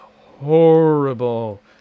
horrible